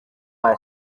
ari